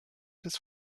des